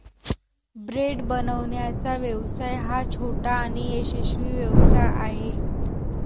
bread बनवण्याचा व्यवसाय हा छोटा आणि यशस्वी व्यवसाय आहे